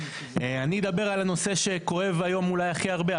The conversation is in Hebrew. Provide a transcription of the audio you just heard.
אני אדבר על הנושא שכואב היום אולי הכי הרבה.